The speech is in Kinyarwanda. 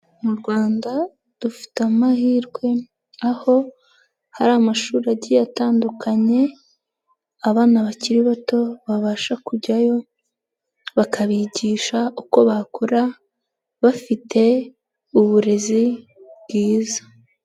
Mu Rwanda dufite amahirwe aho hari amashuri agiye atandukanye, abana bakiri bato babasha kujyayo bakabigisha uko bakura bafite uburezi bwiza.